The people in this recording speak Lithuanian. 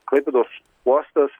klaipėdos uostas